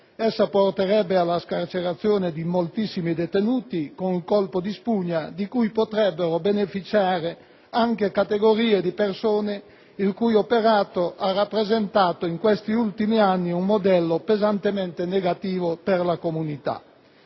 essa porterebbe alla scarcerazione di moltissimi detenuti, con un colpo di spugna di cui potrebbero beneficiare anche categorie di persone il cui operato ha rappresentato in questi ultimi anni un modello pesantemente negativo per la comunità.